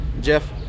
Jeff